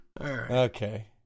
Okay